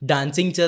Dancing